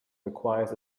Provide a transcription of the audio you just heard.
requires